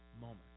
moment